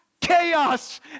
chaos